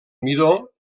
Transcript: midó